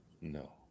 No